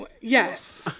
Yes